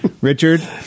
Richard